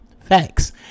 thanks